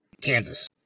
Kansas